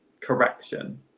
correction